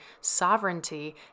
sovereignty